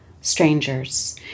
strangers